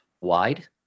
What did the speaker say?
wide